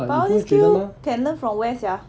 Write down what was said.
but all these skills can learn from where sia